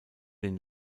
den